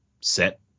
set